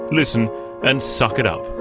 listen and suck it up.